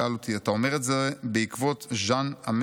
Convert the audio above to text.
שאל אותי: 'אתה אומר את זה בעקבות ז'אן אמרי?'